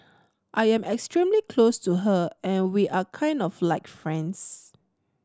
I am extremely close to her and we are kind of like friends